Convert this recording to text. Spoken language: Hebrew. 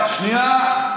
דקה, שנייה.